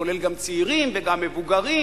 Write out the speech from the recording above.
זה כולל גם צעירים וגם מבוגרים,